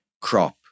crop